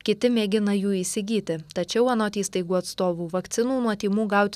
kiti mėgina jų įsigyti tačiau anot įstaigų atstovų vakcinų nuo tymų gauti